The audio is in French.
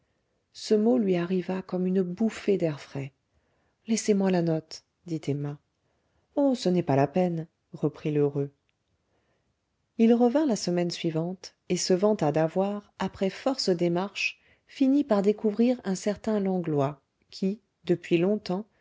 ce mot lui arriva comme une bouffée d'air frais laissez-moi la note dit emma oh ce n'est pas la peine reprit lheureux il revint la semaine suivante et se vanta d'avoir après force démarches fini par découvrir un certain langlois qui depuis longtemps